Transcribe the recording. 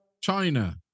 China